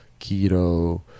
keto